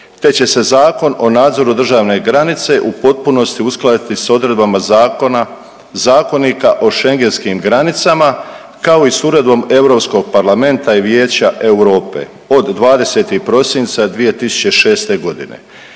te će se Zakon o nadzoru državne granice u potpunosti uskladiti s odredbama Zakona, Zakonika o schengentskim granicama, kao i s Uredbom Europskog parlamenta i Vijeća Europe od 20. prosinca 2006.g.